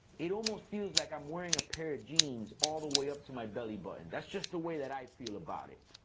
it almost feels like i'm wearing a pair of jeans all the way up to my bellybutton. that's just the way that i feel about it,